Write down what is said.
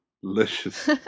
delicious